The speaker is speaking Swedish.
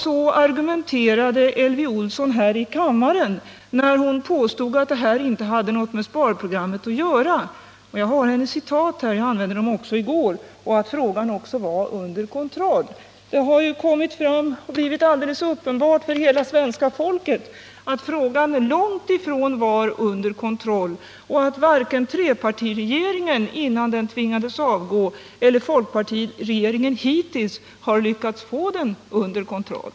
Så argumenterade också Elvy Olsson här i kammaren, där hon påstod att denna fråga inte hade något med sparprogrammet att göra. Jag har i min hand citat av vad hon då sade jag anförde dem i går. Hon hävdade också att frågan var under kontroll. Det har blivit alldeles uppenbart för hela svenska folket att frågan långt ifrån var under kontroll och att varken trepartiregeringen innan den tvingades avgå eller folkpartiregeringen hittills lyckats få den under kontroll.